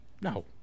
No